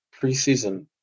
preseason